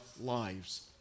lives